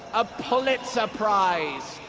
a pulitzer prize,